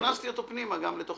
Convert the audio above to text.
הכנסתי אותו פנימה לתוך